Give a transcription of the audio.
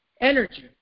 energy